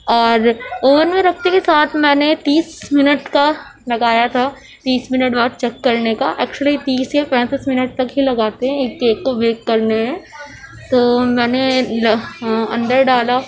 اور اوون میں رکھتے ہی ساتھ میں نے تیس منٹ کا لگایا تھا تیس منٹ بعد چک کرنے کا ایکچولی تیس یا پینتس منٹ تک ہی لگاتے ہیں ایک کیک کو بیک کرنے میں تو میں نے اندر ڈالا